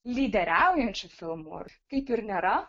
lyderiaujančių filmų kaip ir nėra